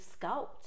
sculpt